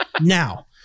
Now